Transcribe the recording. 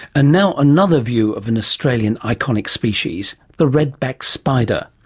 and now another view of an australian iconic species the red-back spider.